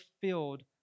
filled